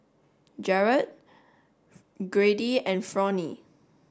Gerhard Grady and Fronie